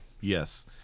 Yes